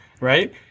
right